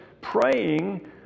praying